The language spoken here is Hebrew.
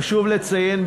חשוב לציין,